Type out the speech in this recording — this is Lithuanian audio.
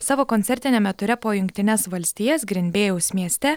savo koncertiniame ture po jungtines valstijas gryn bėjaus mieste